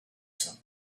some